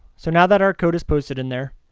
so, now that our code is posted in there.